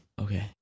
okay